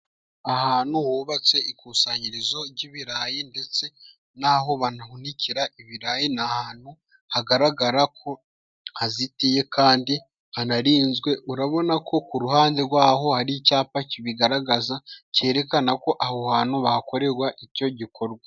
Ahantu hubatse ikusanyirizo jy'ibirayi ndetse n'aho banahunikira ibirayi; ni ahantu hagaragarako hazitiye kandi hanarinzwe, urabonako ku ruhande gwaho hari icyapa kibigaragaza cyerekanako aho hantu bahakoregwa icyo gikogwa.